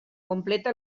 completa